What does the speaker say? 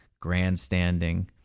Grandstanding